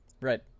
Right